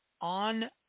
on